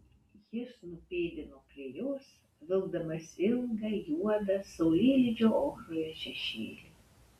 jis nupėdino prie jos vilkdamas ilgą juodą saulėlydžio ochroje šešėlį